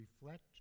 reflect